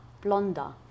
blonder